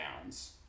bounds